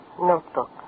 Notebook